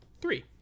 three